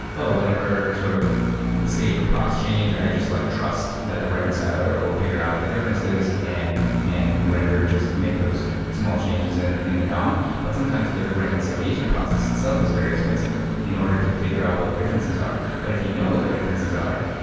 oh, whenever sort of state or props change, i just like trust that the reconciler will figure out the differences and and render, just make those small changes and in the dom. but sometimes the reconciliation process itself is very expensive in order to figure out what the differences are. but if you know what the differences are,